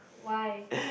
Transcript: why